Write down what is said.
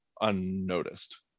unnoticed